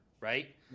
right